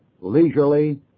leisurely